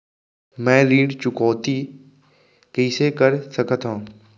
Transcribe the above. मैं ऋण चुकौती कइसे कर सकथव?